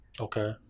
Okay